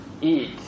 eat